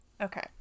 Okay